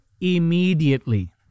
immediately